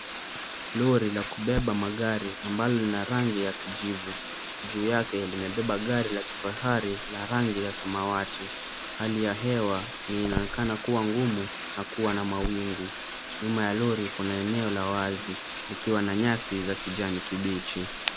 Lori la kubeba magari ambalo lina rangi ya kijivu. Juu yake limebeba gari la kifahari la rangi ya samawati. Hali ya hewa ni inaonekana kuwa ngumu na kuwa na mawingu. Nyuma ya lori kuna eneo la wazi, likiwa na nyasi za kijani kibichi.